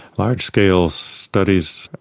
large-scale studies,